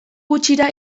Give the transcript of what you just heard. gutxira